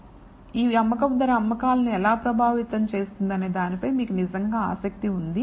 కాబట్టి ఈ అమ్మకపు ధర అమ్మకాలను ఎలా ప్రభావితం చేస్తుందనే దానిపై మీకు నిజంగా ఆసక్తి ఉంది